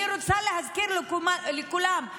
אני רוצה להזכיר לכולם,